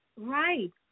Right